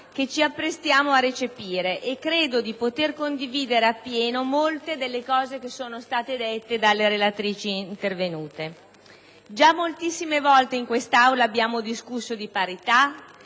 che ci apprestiamo a recepire e credo di poter condividere appieno molte delle cose dette dalle senatrici intervenute. Già moltissime volte in quest'Aula abbiamo discusso di parità,